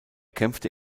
kämpfte